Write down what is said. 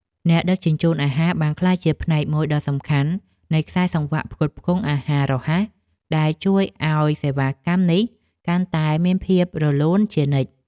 អ្នកដឹកជញ្ជូនអាហារបានក្លាយជាផ្នែកមួយដ៏សំខាន់នៃខ្សែសង្វាក់ផ្គត់ផ្គង់អាហាររហ័សដែលជួយឲ្យសេវាកម្មនេះកាន់តែមានភាពរលូនជានិច្ច។